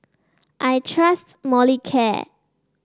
I trust Molicare